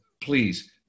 Please